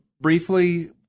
briefly